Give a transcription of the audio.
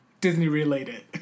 Disney-related